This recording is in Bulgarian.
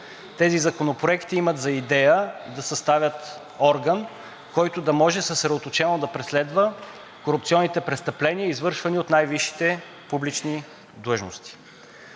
Тези законопроекти имат за идея да съставят орган, който да може съсредоточено да преследва корупционните престъпления, извършвани от най-висшите публични длъжности.